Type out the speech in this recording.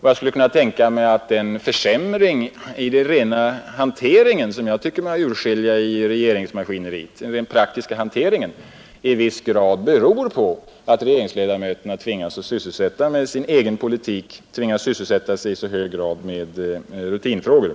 Jag skulle kunna tänka mig att den försämring i den rent praktiska hanteringen som jag tycker mig urskilja i regeringsmaskineriet i viss grad beror på att regeringsledamöterna tvingas att i så hög grad sysselsätta sig med rutinfrågor.